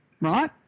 right